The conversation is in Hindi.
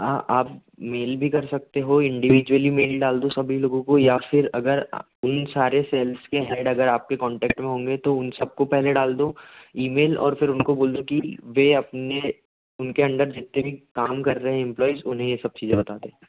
हाँ आप मेल भी कर सकते हो इंडिविजुअली मेल डाल दो सभी लोगों को या फिर अगर इन सारे सेल्स के हेड अगर आपके कॉन्टेक्ट मे होंगे तो उन सबको पहले डाल दो ईमेल और फिर उनको बोल दो कि वे अपने उनके अंडर जितने भी काम कर रहे इम्प्लॉयज उन्हें ये सब चीज़ें बता दें